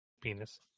penis